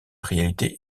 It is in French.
réalité